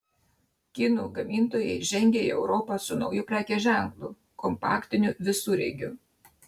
kinų gamintojai žengia į europą su nauju prekės ženklu kompaktiniu visureigiu